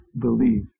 believe